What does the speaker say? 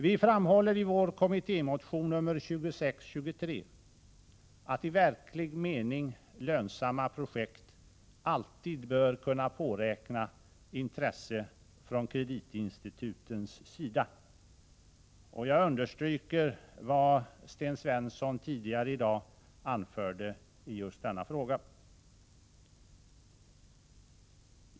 Vi framhåller i vår kommittémotion nr 2623 att i verklig mening lönsamma projekt alltid bör kunna påräkna intresse från kreditinstitutens sida. Jag understryker vad Sten Svensson tidigare i dag anförde i just denna fråga.